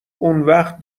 اونوقت